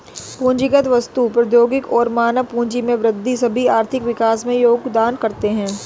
पूंजीगत वस्तु, प्रौद्योगिकी और मानव पूंजी में वृद्धि सभी आर्थिक विकास में योगदान करते है